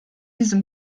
diese